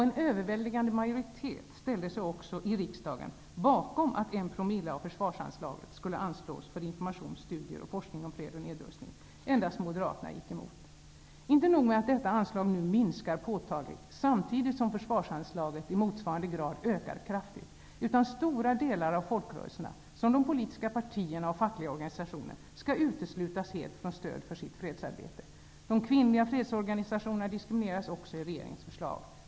En överväldigande riksdagsmajoritet ställde sig också bakom förslaget att en promille av försvarsanslaget skulle anslås för information, studier och forskning om fred och nedrustning. Endast Moderaterna gick emot. Inte nog med att detta anslag minskar påtagligt, samtidigt som försvarsanslaget i motsvarande grad ökar kraftigt, utan stora delar av folkrörelserna -- som de politiska partierna och fackliga organisationer -- skall uteslutas helt från stöd för sitt fredsarbete. De kvinnliga fredsorgansationerna diskrimineras också i regeringens förslag.